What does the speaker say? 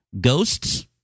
ghosts